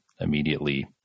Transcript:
immediately